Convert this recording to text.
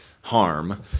Harm